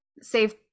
save